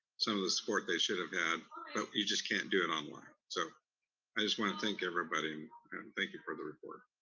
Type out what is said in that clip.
some of the support they should have had, but you just can't do it online, so i just wanna thank everybody, and thank you for the report.